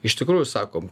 iš tikrųjų sakom